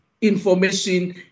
information